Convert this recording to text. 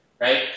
Right